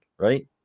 Right